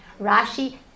Rashi